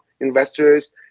investors